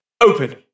Open